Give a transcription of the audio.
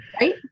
Right